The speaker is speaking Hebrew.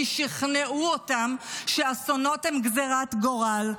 כי שכנעו אותם שאסונות הם גזרת גורל.